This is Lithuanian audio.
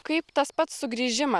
kaip tas pats sugrįžimas